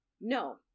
No